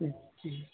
جی